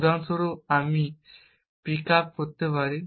উদাহরণস্বরূপ আমি পিকআপ করতে পারি